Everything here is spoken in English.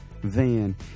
Van